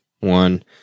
one